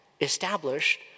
established